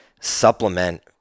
supplement